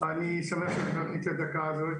אני שמח שנתת לי את הדקה הזאת.